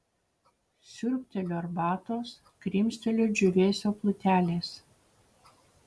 siurbteliu arbatos krimsteliu džiūvėsio plutelės